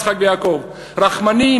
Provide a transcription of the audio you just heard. יצחק ויעקב: רחמנים,